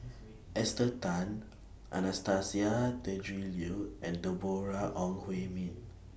Esther Tan Anastasia Tjendri Liew and Deborah Ong Hui Min